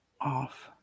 off